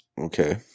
Okay